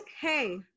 Hey